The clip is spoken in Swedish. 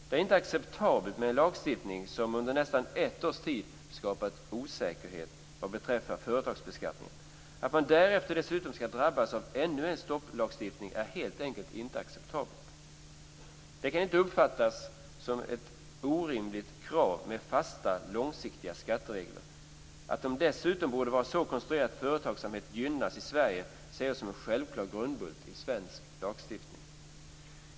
Det är inte acceptabelt med en lagstiftning som under nästan ett års tid har skapat osäkerhet vad beträffar företagsbeskattningen. Att man därefter dessutom skall drabbas av ännu en stopplagstiftning är helt enkelt inte acceptabelt. Det kan inte uppfattas som ett orimligt krav med fasta, långsiktiga skatteregler. Att de dessutom borde vara så konstruerade att företagsamhet gynnas i Sverige ser jag som en självklar grundbult i svensk lagstiftning.